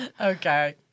Okay